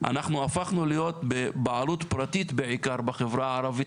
אנחנו הפכנו להיות בבעלות פרטית בעיקר בחברה הערבית,